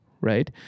right